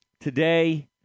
today